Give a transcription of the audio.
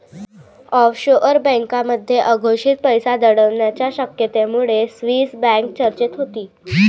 offshore बँकांमध्ये अघोषित पैसा दडवण्याच्या शक्यतेमुळे स्विस बँक चर्चेत होती